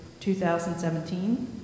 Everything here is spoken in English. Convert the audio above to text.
2017